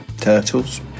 turtles